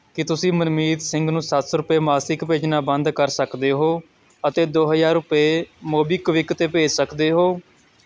ਕੀ ਤੁਸੀਂ ਮਨਮੀਤ ਸਿੰਘ ਨੂੰ ਸੱਤ ਸੌ ਰੁਪਏ ਮਾਸਿਕ ਭੇਜਣਾ ਬੰਦ ਕਰ ਸਕਦੇ ਹੋ ਅਤੇ ਦੋ ਹਜ਼ਾਰ ਰੁਪਏ ਮੋਬੀਕਵਿਕ 'ਤੇ ਭੇਜ ਸਕਦੇ ਹੋ